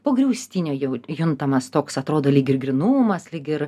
po griaustinio jau juntamas toks atrodo lyg ir grynumas lyg ir